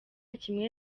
kimwe